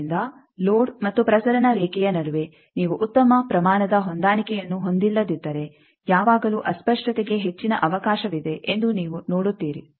ಆದ್ದರಿಂದ ಲೋಡ್ ಮತ್ತು ಪ್ರಸರಣ ರೇಖೆಯ ನಡುವೆ ನೀವು ಉತ್ತಮ ಪ್ರಮಾಣದ ಹೊಂದಾಣಿಕೆಯನ್ನು ಹೊಂದಿಲ್ಲದಿದ್ದರೆ ಯಾವಾಗಲೂ ಅಸ್ಪಷ್ಟತೆಗೆ ಹೆಚ್ಚಿನ ಅವಕಾಶವಿದೆ ಎಂದು ನೀವು ನೋಡುತ್ತೀರಿ